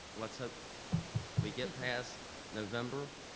let's hope we get past november,